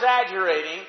exaggerating